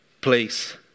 place